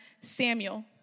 Samuel